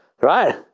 right